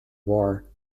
war